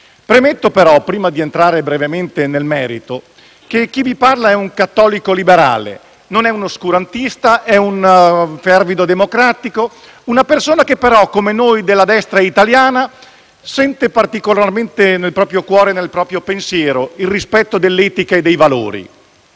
Premetto, però, prima di entrare brevemente nel merito, che chi vi parla è un cattolico liberale, non un oscurantista ma un fervido democratico, una persona che, però, come tutti noi della destra italiana, sente particolarmente, nel proprio cuore e nel proprio pensiero, il rispetto dell'etica e dei propri